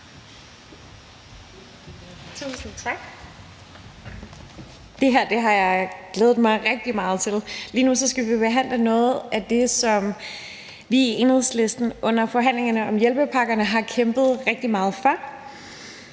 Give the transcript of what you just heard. Tusind tak. Det her har jeg glædet mig rigtig meget til. Lige nu skal vi behandle noget af det, som vi i Enhedslisten under forhandlingerne om hjælpepakkerne har kæmpet rigtig meget for.